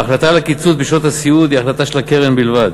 ההחלטה על הקיצוץ בשעות הסיעוד היא החלטה של הקרן בלבד.